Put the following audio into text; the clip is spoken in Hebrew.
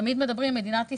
תמיד מדברים, מדינת ישראל,